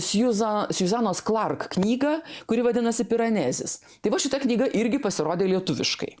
sjuza sjuzanos klark knygą kuri vadinasi piranezis tai va šita knyga irgi pasirodė lietuviškai